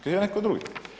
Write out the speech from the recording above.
Kriv je netko drugi.